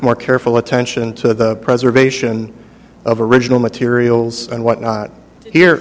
more careful attention to the preservation of original materials and what not here